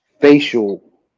facial